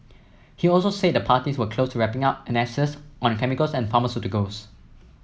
he also said the parties were close to wrapping up annexes on chemicals and pharmaceuticals